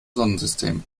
sonnensystem